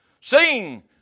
Sing